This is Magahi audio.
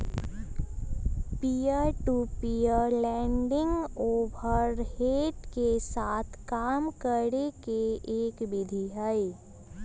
peer to peer lending overhead के साथ काम करे के एक विधि हई